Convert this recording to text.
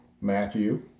Matthew